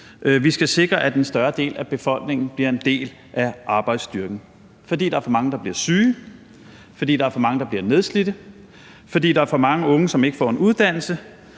Vi skal sikre, at en større del af befolkningen bliver en del af arbejdsstyrken, fordi der er for mange, der bliver syge, fordi der er for mange, der bliver nedslidte, fordi der er for mange unge, som ikke får en uddannelse,